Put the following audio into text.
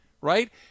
right